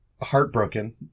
heartbroken